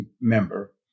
member